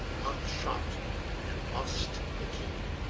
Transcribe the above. lock shot and lost the key.